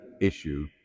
issue